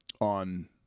on